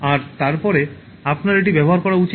আর তার পরে আপনার এটি ব্যবহার করা উচিত